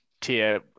Tier